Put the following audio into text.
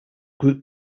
group